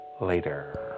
later